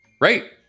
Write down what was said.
right